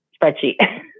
spreadsheet